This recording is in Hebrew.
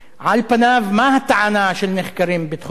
על פניו, מה הטענה של נחקרים ביטחוניים?